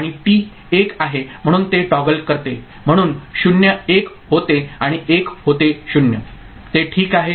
आणि टी 1 आहे म्हणून ते टॉगल करते म्हणून 0 1 होते आणि 1 होते 0 ते ठीक आहे